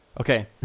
Okay